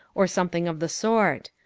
or something of the sort.